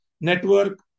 network